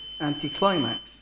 anticlimax